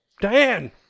Diane